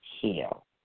heal